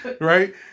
right